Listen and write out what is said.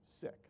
Sick